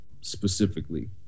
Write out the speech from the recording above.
specifically